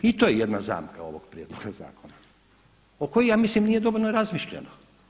I to je jedna zamka ovog prijedloga zakona o kojoj ja mislim nije dovoljno razmišljeno.